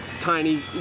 tiny